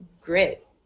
grit